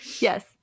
yes